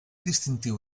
distintiu